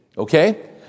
Okay